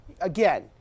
Again